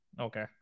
Okay